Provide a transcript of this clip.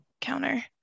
counter